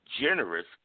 generous